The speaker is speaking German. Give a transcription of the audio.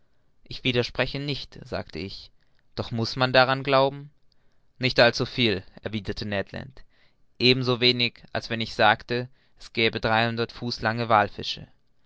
ich widerspreche nicht sagte ich doch muß man daran glauben nicht allzuviel erwiderte ned land ebenso wenig als wenn ich sagte es gäbe dreihundert fuß lange wallfische